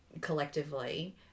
collectively